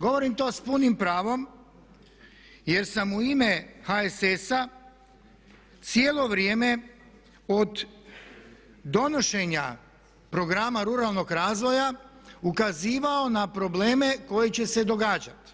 Govorim to s punim pravom jer sam u ime HSS-a cijelo vrijeme od donošenja Programa ruralnog razvoja ukazivao na probleme koji će se događati